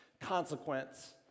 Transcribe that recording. consequence